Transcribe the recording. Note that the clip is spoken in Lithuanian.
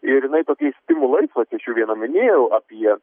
ir jinai tokiais stimulais vat iš jų vieną minėjau apie